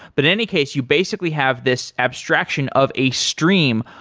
but any case, you basically have this abstraction of a stream,